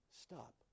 stop